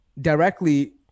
directly